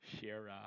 share